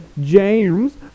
James